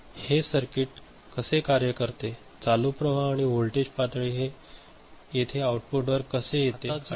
हे सर्किट कसे कार्य करते चालू प्रवाह आणि व्होल्टेज पातळी येथे आउटपुटवर कसे येते आणि हे आउटपुट आहे